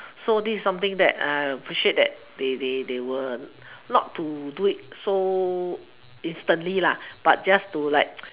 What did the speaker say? so this is something that I will appreciate that they they they will not to do it so instantly but just to like